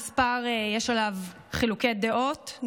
על המספר יש חילוקי דעות,